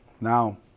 now